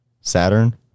Saturn